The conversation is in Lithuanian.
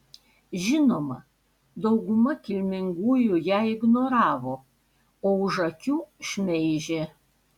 žinoma dauguma kilmingųjų ją ignoravo o už akių šmeižė